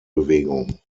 bewegung